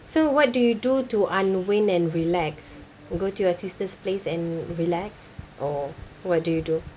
so what do you do to unwind and relax go to your sister's place and relax or what do you do